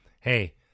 hey